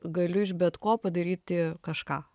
galiu iš bet ko padaryti kažką